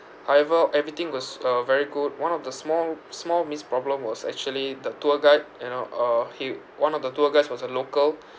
however everything was a very good one of the small small misproblem was actually the tour guide you know uh he one of the tour guides was a local